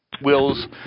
Will's